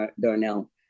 Darnell